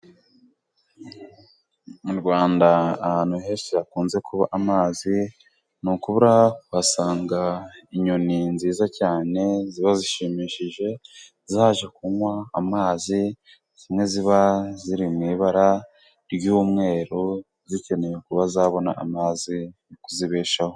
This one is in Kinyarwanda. Mu Rwanda ahantu henshi hakunze kuba amazi ntitubura kuhasanga inyoni nziza cyane, ziba zishimishije zaje kunywa amazi ,zimwe ziba ziri mu ibara ry'umweru zikeneye kuba bazabona amazi yo kuzibeshaho.